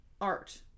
art